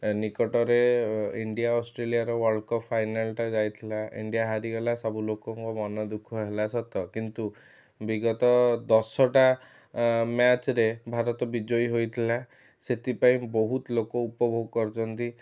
ନିକଟରେ ଇଣ୍ଡିଆ ଅଷ୍ଟ୍ରେଲିଆର ୱାଲଡ଼କପ୍ ଫାଈନାଲଟା ଯାଇଥିଲା ଇଣ୍ଡିଆ ହାରିଗଲା ସବୁ ଲୋକଙ୍କ ମନ ଦୁଃଖ ହେଲା ସତ କିନ୍ତୁ ବିଗତ ଦଶଟା ମ୍ୟାଚ୍ରେ ଭାରତ ବିଜୟୀ ହୋଇଥିଲା ସେଥିପାଇଁ ବହୁତ ଲୋକ ଉପଭୋଗ କରିଛନ୍ତି